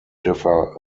differ